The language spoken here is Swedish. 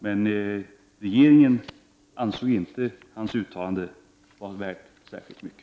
Men regeringen ansåg inte hans uttalande vara värt särskilt mycket.